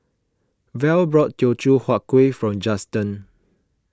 Val bought Teochew Huat Kueh for Justen